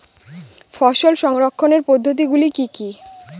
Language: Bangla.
ফসল সংরক্ষণের পদ্ধতিগুলি কি কি?